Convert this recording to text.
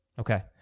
Okay